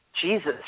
Jesus